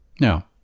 Now